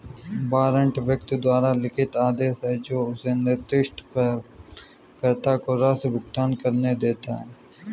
warrant व्यक्ति द्वारा लिखित आदेश है जो उसे निर्दिष्ट प्राप्तकर्ता को राशि भुगतान करने देता है